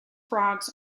frogs